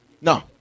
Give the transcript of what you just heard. No